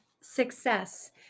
success